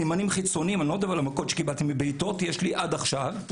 סימנים חיצוניים לא המכות והבעיטות שקיבלתי יש לי עד עכשיו.